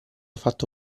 fatto